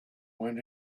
went